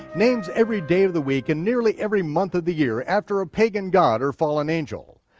names every day of the week, and nearly every month of the year, after a pagan god or fallen angel.